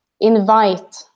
invite